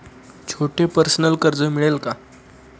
छोटे पर्सनल कर्ज मिळेल का?